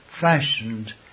fashioned